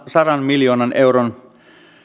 sadan miljoonan euron